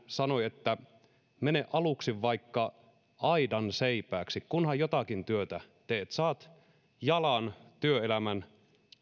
sanoi että mene aluksi vaikka aidanseipääksi kunhan jotakin työtä teet saat jalan työelämän